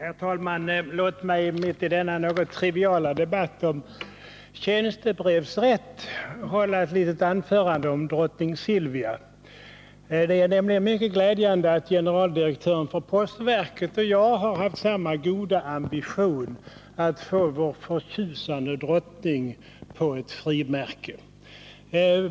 Herr talman! Låt mig i denna något triviala debatt om tjänstebrevsrätt hålla ett litet anförande om drottning Silvia. Det är nämligen mycket glädjande att generaldirektören för postverket och jag har haft samma goda ambition att få vår förtjusande drottnings bild på ett frimärke.